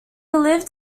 lived